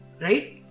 Right